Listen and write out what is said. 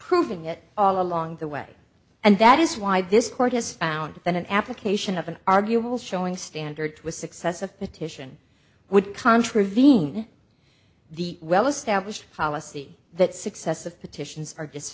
proving it all along the way and that is why this court has found that an application of an arguable showing standard with success of petition would contravene the well established policy that successive petitions